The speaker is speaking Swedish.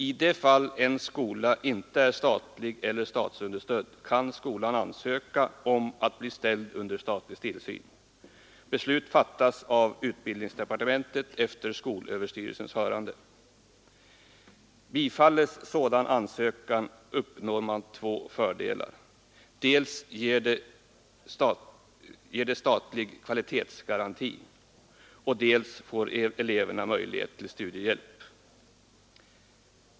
I de fall en skola inte är statlig eller statsunderstödd kan skolan ansöka om att bli ställd under statlig tillsyn. Beslut fattas av utbildningsdepartementet efter skolöverstyrelsens hörande. Bifalles sådan ansökan uppnår man två fördelar: dels ger det statlig kvalitetsgaranti, dels får eleverna möjlighet till studiehjälp.